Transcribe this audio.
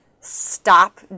stop